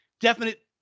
definite